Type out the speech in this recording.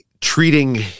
treating